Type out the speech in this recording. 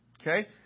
okay